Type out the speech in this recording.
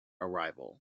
arrival